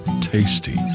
tasty